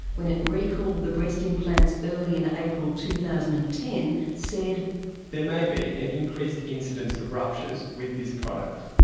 when it recalled the breast implants early in april two thousand and ten, said there may be an increased incidence of ruptures with this product.